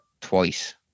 Twice